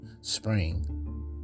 spring